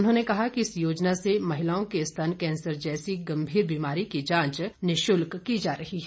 उन्होंने कहा कि इस योजना से महिलाओं के स्तन कैंसर जैसी गंभीर बीमारी की जांच निशुल्क की जा रही है